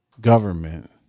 government